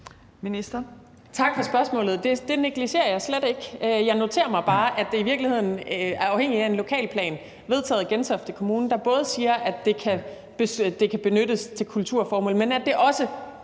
Tak for spørgsmålet. Det negligerer jeg slet ikke. Jeg noterer mig bare, at det i virkeligheden er afhængigt af en lokalplan vedtaget af Gentofte Kommune, der både siger, at det kan benyttes til kulturformål, men at det også